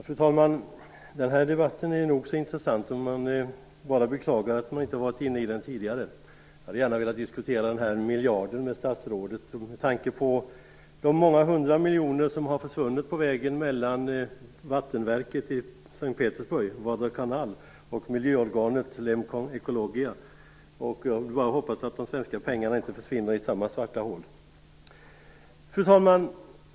Fru talman! Den här debatten är nog så intressant. Man bara beklagar att man inte varit inne i den tidigare. Jag hade gärna velat diskutera den där miljarden med statsrådet med tanke på de många hundra miljoner som har försvunnit på vägen mellan vattenverket i Ekologyia. Jag hoppas bara att de svenska pengarna inte försvinner ned i samma svarta hål. Fru talman!